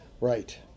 Right